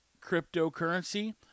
cryptocurrency